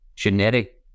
genetic